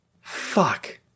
fuck